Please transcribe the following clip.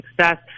success